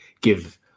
give